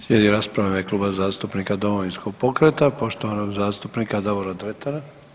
Slijedi rasprava u ime Kluba zastupnika Domovinskog pokreta poštovanog zastupnika Davora Dretara.